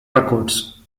records